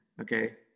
okay